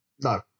No